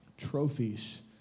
trophies